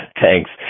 Thanks